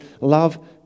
love